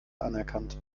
anerkannt